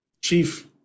chief